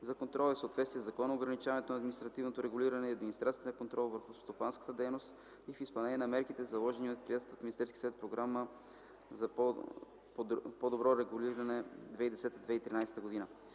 за контрол е в съответствие със Закона за ограничаване на административното регулиране и административния контрол върху стопанската дейност и е в изпълнение на мерките, заложени в приетата от Министерския съвет програма за по-добро регулиране 2010–2013 г.